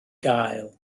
gael